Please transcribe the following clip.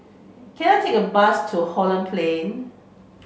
can I take a bus to Holland Plain